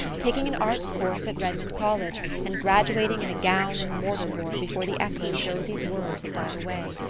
taking an arts course at redmond college, and graduating in a gown and mortar board, before the echo of josie's words had died away.